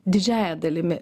didžiąja dalimi